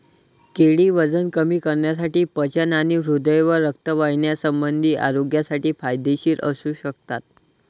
केळी वजन कमी करण्यासाठी, पचन आणि हृदय व रक्तवाहिन्यासंबंधी आरोग्यासाठी फायदेशीर असू शकतात